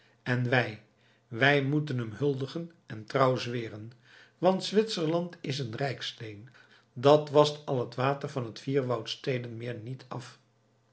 en wij wij moeten hem huldigen en trouw zweren want zwitserland is een rijksleen dat wascht al het water van het vier woudsteden meer niet af